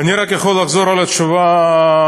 אני רק יכול לחזור על התשובה הקודמת,